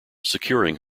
securing